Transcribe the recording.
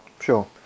sure